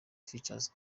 features